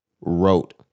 wrote